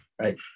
right